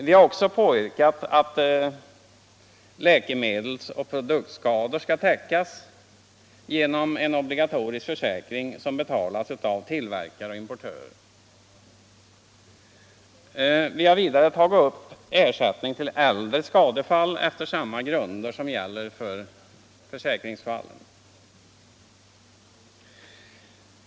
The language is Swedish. Vi har också påyrkat att läkemedelsoch produktskador skall täckas genom en obligatorisk försäkring som betalas av tillverkare eller importörer. Vidare har vi tagit upp ersättning till äldre skadefall efter samma grunder som gäller för försäkringsfallen.